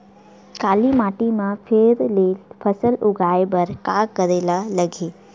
काली माटी म फेर ले फसल उगाए बर का करेला लगही?